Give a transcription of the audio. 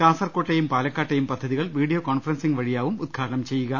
കാസർക്കോട്ടെയും പാലക്കാട്ടെയും പദ്ധതികൾ video conferencing വ്യഴിയാവും ഉദ്ഘാടനം ചെയ്യുക